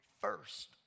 first